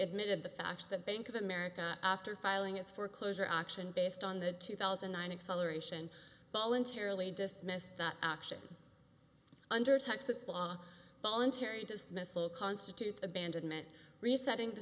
admitted the fact that bank of america after filing its foreclosure auction based on the two thousand and nine exhiliration voluntarily dismissed that action under texas law voluntary dismissal constitutes abandonment resetting the